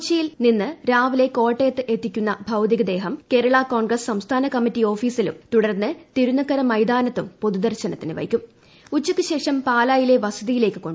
കൊച്ചിയിൽ നിന്ന് രാവിലെ കോട്ടയത്ത് എത്തിക്കുന്ന ഭൌതിക ദേഹം കേരളാ കോൺഗ്രസ് സംസ്ഥാന കമ്മിറ്റി ഓഫീസിലും തുടർന്ന് തിരുന്ക്കര മൈതാനത്തും പൊതുദർശനത്തിന് ഉച്ചയ്ക്കു് ശേഷം പാലായിലെ വസതിയിലേയ്ക്ക് വയ്ക്കും